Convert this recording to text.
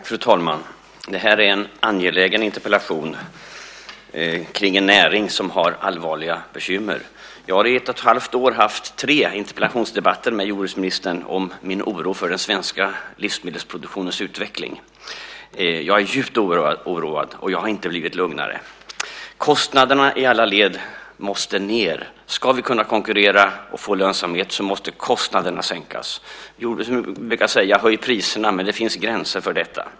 Fru talman! Det här är en angelägen interpellation om en näring som har allvarliga bekymmer. Jag har under ett och ett halvt år haft tre interpellationsdebatter med jordbruksministern om min oro för den svenska livsmedelsproduktionens utveckling. Jag är djupt oroad, och jag har inte blivit lugnare. Kostnaderna i alla led måste ned. Ska vi kunna konkurrera och få lönsamhet måste kostnaderna minskas. Jordbruksministern brukar säga: Höj priserna. Men det finns gränser för detta.